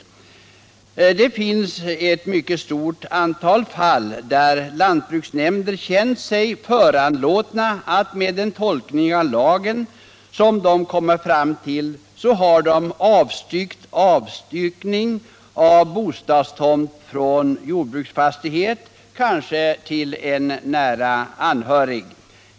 Men det finns ett mycket stort antal fall där lantbruksnämnder känt sig föranlåtna att, med den tolkning av lagen som de kommit fram till, avstyrka avstyckning av bostadstomt från jordbruksfastighet, kanske till en nära anhörig till fastighetsägaren.